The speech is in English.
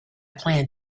plan